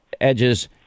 edges